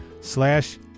slash